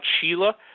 Sheila